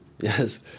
Yes